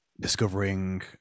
discovering